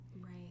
Right